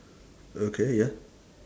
okay ya